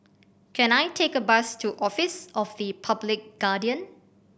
can I take a bus to Office of the Public Guardian